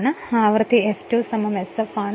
ഇപ്പോൾആവൃത്തി F2 sf ആണ്